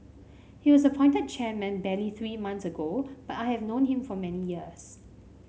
he was appointed chairman barely three months ago but I have known him for many years